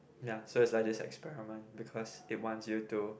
ya so it is like just experiment because it wants you to